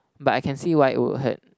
but I can see why it would hurt